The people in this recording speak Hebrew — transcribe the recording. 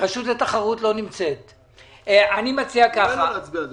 לא ישפיע על הדבר הזה